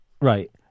Right